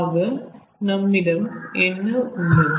ஆக நம்மிடம் என்ன உள்ளது